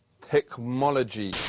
Technology